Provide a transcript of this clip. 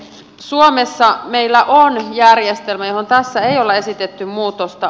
suomessa meillä on järjestelmä johon tässä ei olla esitetty muutosta